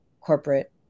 corporate